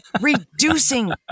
reducing